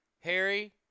Harry